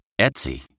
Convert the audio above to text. Etsy